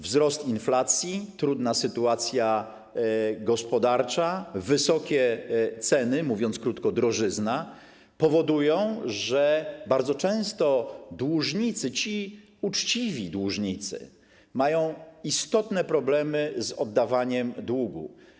Wzrost inflacji, trudna sytuacja gospodarcza, wysokie ceny, mówiąc krótko: drożyzna, powodują, że bardzo często dłużnicy, ci uczciwi dłużnicy, mają istotne problemy z oddawaniem długu.